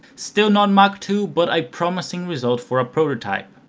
still not mach two but a promising result for a prototype.